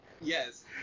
Yes